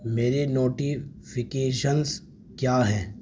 میری نوٹیفیکیشنز کیا ہیں